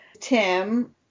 Tim